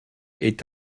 est